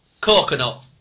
Coconut